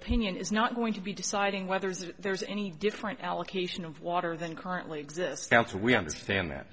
tina is not going to be deciding whether there is any different allocation of water than currently exists council we understand that